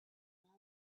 going